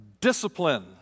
discipline